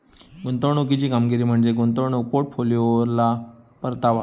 गुंतवणुकीची कामगिरी म्हणजे गुंतवणूक पोर्टफोलिओवरलो परतावा